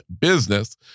business